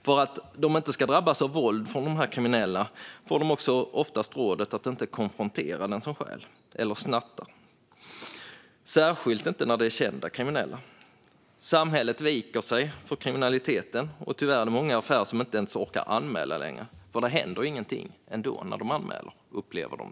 För att personalen inte ska drabbas av våld från de kriminella får de oftast rådet att inte konfrontera den som stjäl eller snattar, särskilt när det är kända kriminella. Samhället viker sig för kriminaliteten. Tyvärr är det många affärer som inte ens orkar anmäla längre, för de upplever att det ändå inte händer någonting.